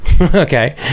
okay